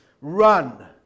run